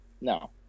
no